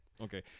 okay